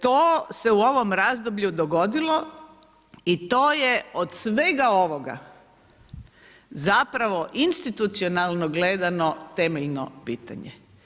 To se u ovom razdoblju dogodilo i to je od svega ovoga zapravo institucionalno gledano temeljno pitanje.